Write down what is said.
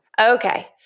Okay